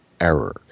error